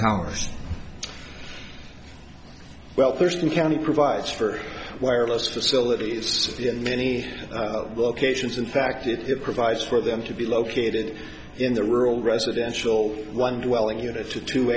powers well thurston county provides for wireless facilities in many locations in fact it provides for them to be located in the rural residential one dwelling unit to two